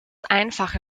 einfache